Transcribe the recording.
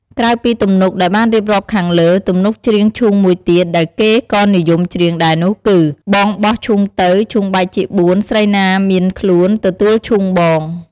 ក្រៅពីទំនុកដែលបានរៀបរាប់ខាងលើ ទំនុកច្រៀងឈូងមួយទៀតដែលគេក៏និយមច្រៀងដែរនោះគឺ «បងបោះឈូងទៅ ឈូងបែកជាបួន ស្រីណាមានខ្លួន ទទួលឈូងបង»។